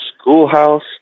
schoolhouse